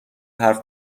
حرف